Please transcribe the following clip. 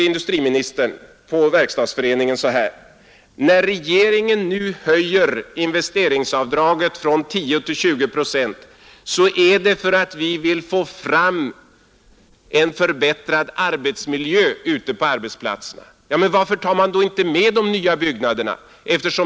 Industriministern sade så här på Verkstadsföreningen: När regeringen nu höjer investeringsavdraget från 10 till 20 procent så är det för att vi vill få fram en förbättrad arbetsmiljö ute på arbetsplatserna. Men varför tar man då inte med de nya byggnaderna?